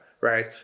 right